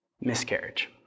miscarriage